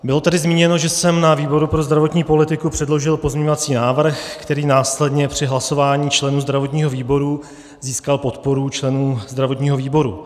Bylo tady zmíněno, že jsem na výboru pro zdravotní politiku předložil pozměňovací návrh, který následně při hlasování členů zdravotního výboru získal podporu členů zdravotního výboru.